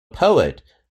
poet